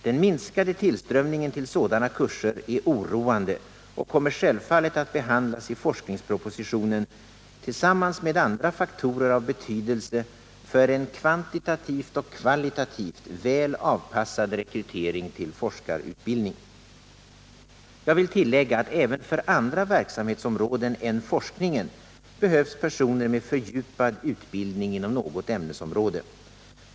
Den minskade tillströmningen till sådana kurser är oroande och kommer självfallet att behandlas i forskningspropositionen tillsammans med andra faktorer av betydelse för en kvantitativt och kvalitativt väl avpassad rekrytering till forskarutbildning. Jag vill tillägga att även för andra verksamhetsområden än forskningen behövs personer med fördjupad utbildning inom något ämnesområde.